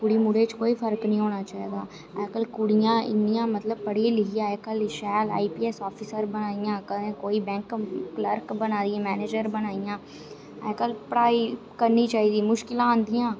कुड़ी मुड़े च कोई फर्क नेंई होना चाहिदा अज्जकल कुड़ियां इन्नियां मतलब पढ़ियां लिखियां अज्जकल शैल आईपीएस आफिसर बनै दियां कदें कोई बैंक क्लर्क बनै दी मनैजर बनै दियां अज्जकल पढ़ाई करनी चाहिदी मुश्कलां आंदिया